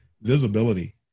visibility